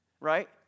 right